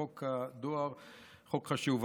בחוק הדואר, חוק חשוב.